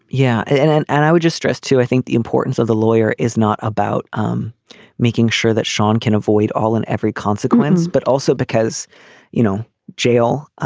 yeah and then and i would just stress to i think the importance of the lawyer is not about um making sure that sean can avoid all and every consequence but also because you know jail